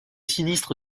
sinistre